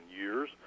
years